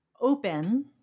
open